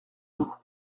dos